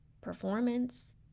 performance